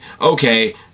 okay